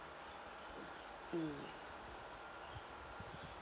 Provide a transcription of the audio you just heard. mm